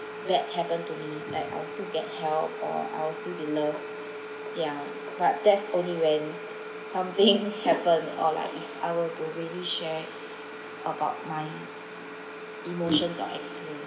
bad happen to me like I'll still get help or I'll still be loved yeah but that's only when something happen or like if I were to really share about my emotions or experiences